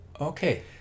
Okay